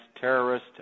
terrorist